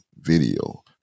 video